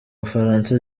bufaransa